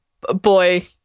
Boy